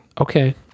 Okay